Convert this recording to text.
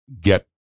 get